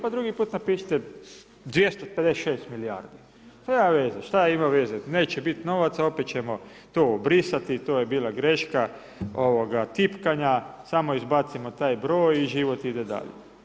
Pa drugi put napišite 256 milijardi, nema veze šta ima veze, neće bit novaca opet ćemo to obrisati to je bila greška ovoga tipkanja, samo izbacimo taj broj i život ide dalje.